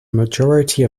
majority